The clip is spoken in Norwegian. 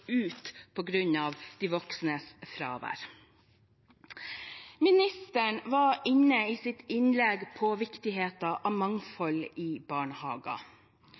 de voksnes fravær. Ministeren var i sitt innlegg inne på viktigheten av mangfold i